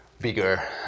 bigger